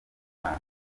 imana